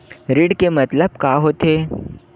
ऋण के मतलब का होथे?